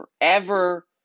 forever